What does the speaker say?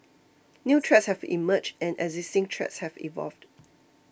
new threats have emerged and existing threats have evolved